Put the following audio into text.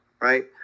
right